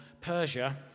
Persia